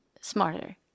smarter